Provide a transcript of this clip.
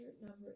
number